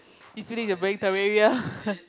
this few days you're playing Terraria